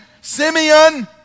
Simeon